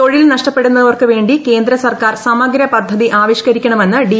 തൊഴിൽ നഷ്ടപ്പെടുന്നവർക്കു വേി കേന്ദ്ര സർക്കാർ ് സമഗ്ര പദ്ധതി ആവിഷ്കരിക്കണമെന്ന് ഡി